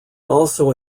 also